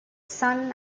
son